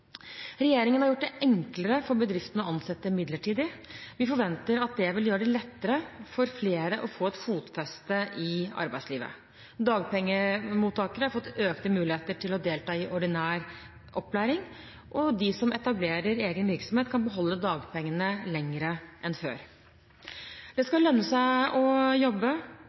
Regjeringen har gjort det enklere for bedriftene å ansette midlertidig. Vi forventer at det vil gjøre det lettere for flere å få et fotfeste i arbeidslivet. Dagpengemottakere har fått økte muligheter til å delta i ordinær opplæring, og de som etablerer egen virksomhet, kan beholde dagpengene lenger enn før. Det skal lønne seg å jobbe